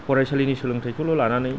फरायसालिनि सोलोंथायखौल' लानानै